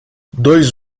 dois